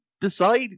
decide